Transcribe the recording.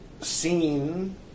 seen